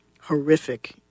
horrific